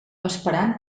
esperant